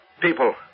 people